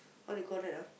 what do you call that ah